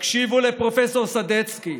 תקשיבו לפרופ' סדצקי,